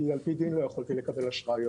כי על פי דין לא יכולתי לקבל אשראי.